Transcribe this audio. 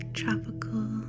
tropical